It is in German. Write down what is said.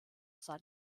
san